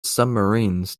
submarines